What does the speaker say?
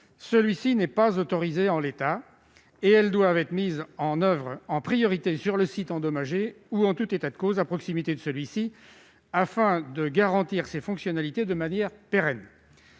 celui-ci n'est pas autorisé en l'état. Les mesures doivent alors être mises en oeuvre en priorité sur le site endommagé ou, en tout état de cause, à proximité de celui-ci, afin de garantir ses fonctionnalités de manière pérenne.